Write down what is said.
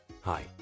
Hi